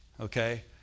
okay